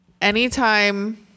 Anytime